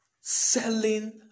selling